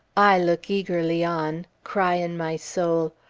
i look eagerly on, cry in my soul,